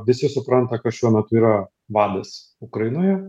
visi supranta kas šiuo metu yra vadas ukrainoje